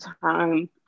time